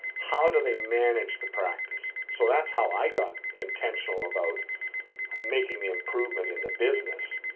how do they manage the practice? so that's how i got intentional about making the improvement in the business,